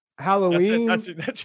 halloween